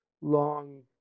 long